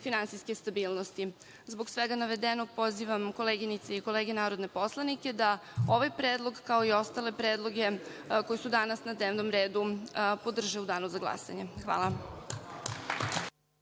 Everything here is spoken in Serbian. finansijske stabilnosti. Zbog svega navedenog, pozivam koleginice i kolege narodne poslanike, da ovaj predlog, kao i ostale predloge koji su danas na dnevnom redu, podrže u Danu za glasanje. Hvala.